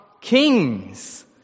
kings